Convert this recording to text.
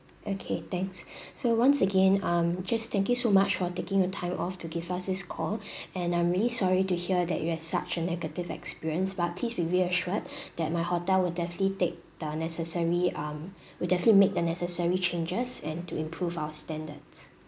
okay thanks so once again um just thank you so much for taking your time off to give us this call and I'm really sorry to hear that you had such a negative experience but please be reassured that my hotel will definitely take the necessary um we'll definitely make the necessary changes and to improve our standards